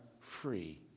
free